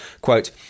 Quote